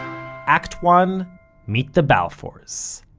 act one meet the balfours.